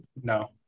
no